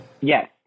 Yes